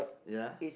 ya